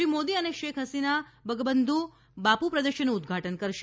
શ્રી મોદી અને શેખ હસીના બંગબંધુ બાપુ પ્રદર્શનનું ઉદ્વાટન કરશે